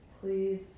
please